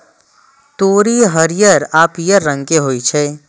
तोरी हरियर आ पीयर रंग के होइ छै